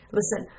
listen